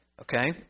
Okay